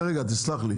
תסלח לי.